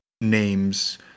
names